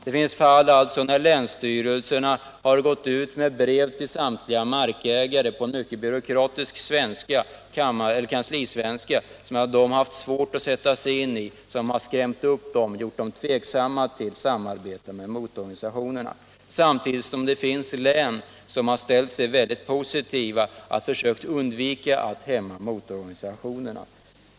Det finns också fall där länsstyrelsen har skickat brev till markägarna på en mycket byråkratisk kanslisvenska, som dessa haft mycket svårt att sätta sig in i. På det sättet har man skrämt upp markägarna och gjort dem tveksamma till samarbete med motororganisationerna. Samtidigt finns det län där man ställt sig mycket positiv och försökt undvika att hämma motororganisationerna.